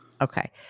Okay